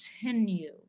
continue